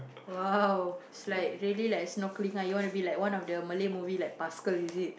!wow! it's like really like snorkeling ah you wanna be like one of the Malay movie like Pascal is it